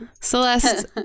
Celeste